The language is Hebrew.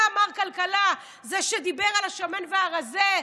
אתה, מר כלכלה, זה שדיבר על השמן והרזה,